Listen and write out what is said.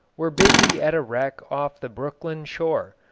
were busy at a wreck off the brooklyn shore,